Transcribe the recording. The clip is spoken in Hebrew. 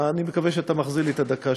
אני מקווה שאתה מחזיר לי את הדקה,